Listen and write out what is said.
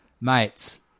Mates